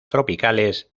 tropicales